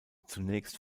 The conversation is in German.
zunächst